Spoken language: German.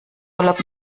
urlaub